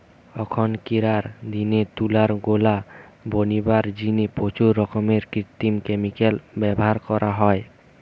অখনকিরার দিনে তুলার গোলা বনিবার জিনে প্রচুর রকমের কৃত্রিম ক্যামিকাল ব্যভার করা হয়